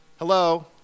hello